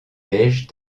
beige